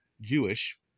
Jewish